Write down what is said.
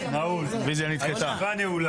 הישיבה נעולה.